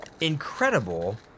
incredible